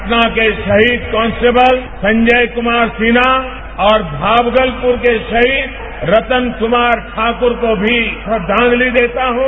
पटना के शहीद कांस्टेबल संजय कुमार सिन्हा और भागलपुर के शहीद रत्न कुमार ठाकुर को भी श्रद्धांजलि देता हूं